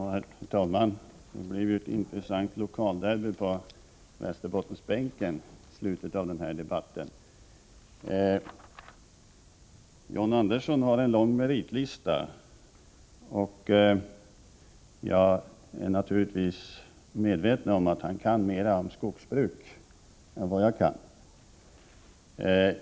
Herr talman! Det blev ju ett intressant ”derby” på Västerbottensbänken i slutet av den här debatten. John Andersson har en lång meritlista, och jag är naturligtvis medveten om att han kan mera om skogsbruk än jag.